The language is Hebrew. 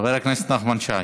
חבר הכנסת נחמן שי.